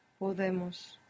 podemos